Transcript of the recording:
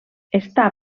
està